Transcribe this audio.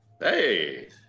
Hey